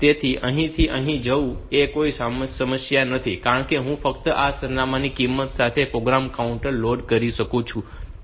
તેથી અહીંથી અહીં જવું એ કોઈ સમસ્યા નથી કારણ કે હું ફક્ત આ સરનામાંની કિંમત સાથે પ્રોગ્રામ કાઉન્ટર લોડ કરી શકું છું